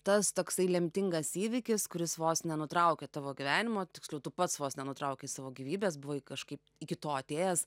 tas toksai lemtingas įvykis kuris vos nenutraukė tavo gyvenimo tiksliau tu pats vos nenutraukei savo gyvybės buvai kažkaip iki to atėjęs